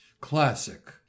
Classic